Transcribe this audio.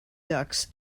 ducks